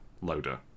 loader